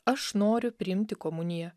aš noriu priimti komuniją